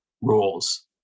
rules